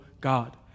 God